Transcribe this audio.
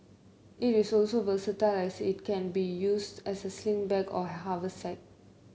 it is also versatile as it can be used as a sling bag or a haversack